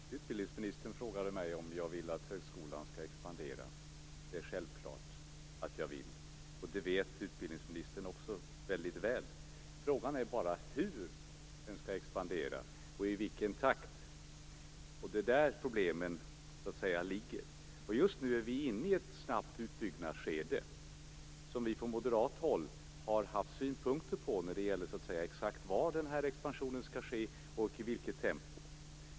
Fru talman! Utbildningsministern frågade mig om jag vill att högskolan skall expandera. Det är självklart att jag vill det. Det vet utbildningsministern också väldigt väl. Frågan är bara hur den skall expandera och i vilken takt. Det är där problemen ligger. Just nu är vi inne i ett snabbt utbyggnadsskede. Vi har från moderat håll haft synpunkter när det gäller exakt var denna expansion skall ske och i vilket tempo.